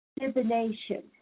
divination